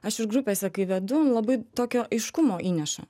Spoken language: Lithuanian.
aš ir grupėse kai vedu labai tokio aiškumo įneša